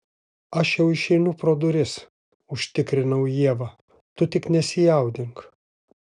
aš jau išeinu pro duris užtikrinau ievą tu tik nesijaudink